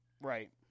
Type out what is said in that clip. Right